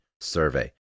survey